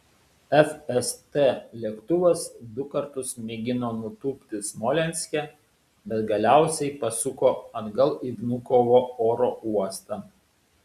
fst lėktuvas du kartus mėgino nutūpti smolenske bet galiausiai pasuko atgal į vnukovo oro uostą